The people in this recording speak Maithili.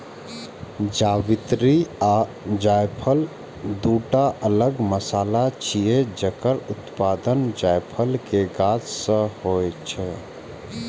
जावित्री आ जायफल, दूटा अलग मसाला छियै, जकर उत्पादन जायफल के गाछ सं होइ छै